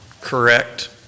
correct